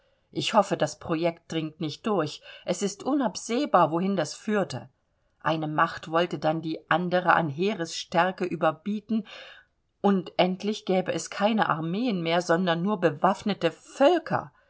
ich hoffe das projekt dringt nicht durch es ist unabsehbar wohin das führte eine macht wollte dann die andere an heeresstärke überbieten und endlich gäbe es keine armeen mehr sondern nur bewaffnete völker